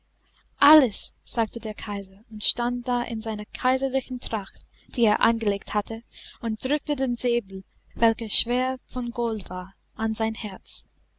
alles sagte der kaiser und stand da in seiner kaiserlichen tracht die er angelegt hatte und drückte den säbel welcher schwer von gold war an sein herz